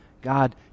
God